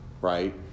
right